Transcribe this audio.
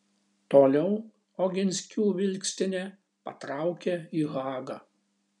toliau oginskių vilkstinė patraukė į hagą